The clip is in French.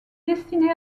destinée